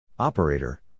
Operator